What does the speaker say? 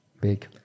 Big